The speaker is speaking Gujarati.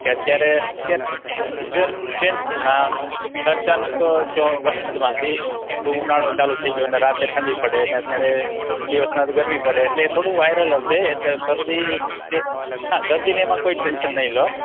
કે અત્યારે અત્યારે સિઝન ચેન્જ હમણાં અચાનક વરસાદમાંથી ઉનાળો ચાલુ થઈ ગયો ને રાત્રે ઠંડી પડે ને અત્યારે દિવસના તો ગરમી પડે એટલે એ થોડું વાઇરલ હશે એટલે શરદી ને ના શરદીને એમાં કોઈ ટેન્શન નહીં લો